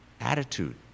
attitude